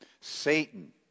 Satan